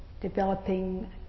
developing